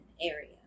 area